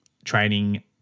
Training